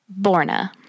Borna